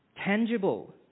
tangible